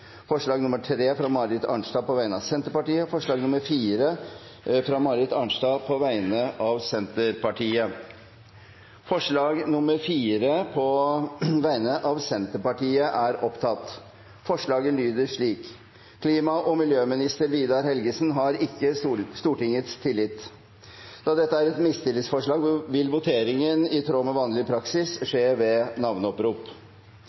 forslag nr. 3, fra Marit Arnstad på vegne av Senterpartiet forslag nr. 4, fra Marit Arnstad på vegne av Senterpartiet Det voteres over forslag nr. 4, fra Senterpartiet. Forslaget lyder: «Klima- og miljøminister Vidar Helgesen har ikke Stortingets tillit.» Da dette er et mistillitsforslag, vil voteringen i tråd med vanlig praksis